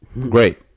Great